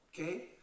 okay